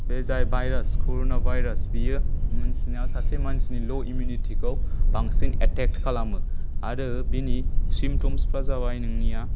बे जाय भायरास कर'ना भायरास बेयो मोनथिनायाव सासे मानसिनि ल' इमिउनिटिखौ बांसिन एटेक खालामो आरो बिनि सिम्पट'म्सफोरा जाबाय नोंनिआ